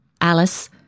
Alice